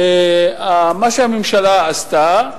מה שהממשלה עשתה,